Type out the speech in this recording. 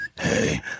Hey